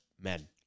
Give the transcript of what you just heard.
men